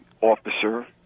officer